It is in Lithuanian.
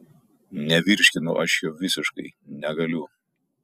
nevirškinu aš jo visiškai negaliu